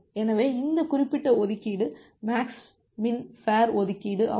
எனவே இந்த குறிப்பிட்ட ஒதுக்கீடு மேக்ஸ் மின் ஃபேர் ஒதுக்கீடு ஆகும்